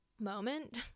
moment